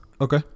Okay